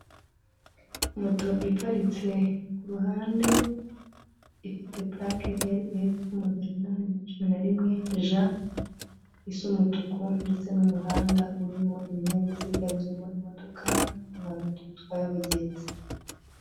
Moto iparitse ku ruhande, ifite purake RF magana inani na cumi namwe J, isa umutuku ndetse n'umuhanda urimo ibinyabiziga birimo imodoka na moto bitwaye abagenzi.